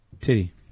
Titty